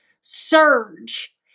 surge